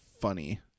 funny